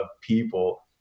people